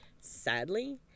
Sadly